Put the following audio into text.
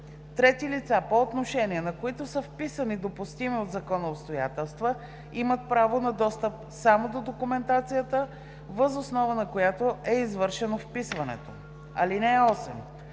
Трети лица, по отношение на които са вписани допустими от закона обстоятелства, имат право на достъп само до документацията, въз основа на която е извършено вписването. (8)